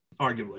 Arguably